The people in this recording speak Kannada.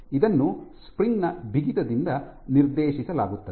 ಇದನ್ನು ಸ್ಪ್ರಿಂಗ್ ನ ಬಿಗಿತದಿಂದ ನಿರ್ದೇಶಿಸಲಾಗುತ್ತದೆ